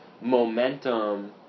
momentum